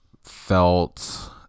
felt